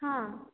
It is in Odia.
ହଁ